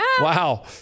Wow